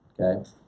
Okay